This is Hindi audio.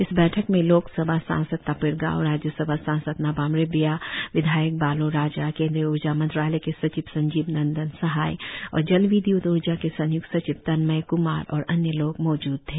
इस बैठक में लोक सभा सांसद तापिर गाव राज्य सभा सांसद नाबम रिबिया विधायक बालों राजा केंद्रीय ऊर्जा मंत्रालय के सचिव संजीव नंदन सहाय और जल विद्य्त ऊर्जा के संय्क्त सचिव तन्मय क्मार और अन्य लोग मौजूद थे